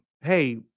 hey